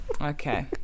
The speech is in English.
Okay